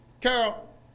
Carol